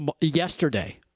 yesterday